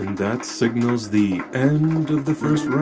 that signals the end of the first round.